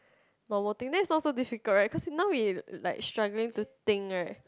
normal things then is not so difficult right cause we now we like struggling to think right